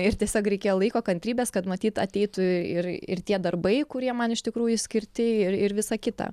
ir tiesiog reikėjo laiko kantrybės kad matyt ateitų ir ir tie darbai kurie man iš tikrųjų skirti ir ir visa kita